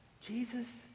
Jesus